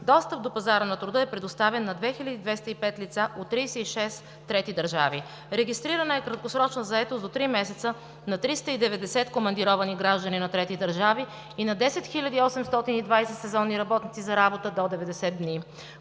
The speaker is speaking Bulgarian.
достъп до пазара на труда е предоставен на 2205 лица от 36 трети държави. Регистрирана е краткосрочна заетост до три месеца на 390 командировани граждани на трети държави и на 10 820 сезонни работници за работа до 90 дни.